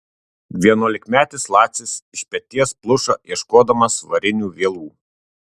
vienuolikmetis lacis iš peties pluša ieškodamas varinių vielų